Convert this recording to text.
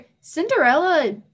Cinderella